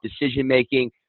decision-making